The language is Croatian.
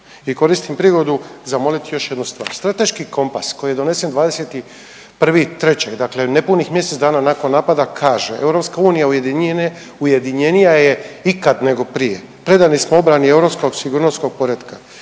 I koristim prigodu zamoliti još jednu stvar, strateški kompas koji je donesen 21.3., dakle nepunih mjesec dana nakon napada kaže, EU ujedinjenija je ikad nego prije, predani smo obrani europskog sigurnosnog poretka